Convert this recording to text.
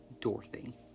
Dorothy